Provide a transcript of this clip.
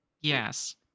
Yes